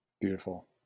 Beautiful